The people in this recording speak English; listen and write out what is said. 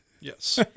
Yes